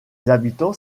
habitants